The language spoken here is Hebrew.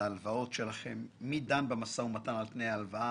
ההלוואות שלכם: מי דן במו"מ על תנאי ההלוואה,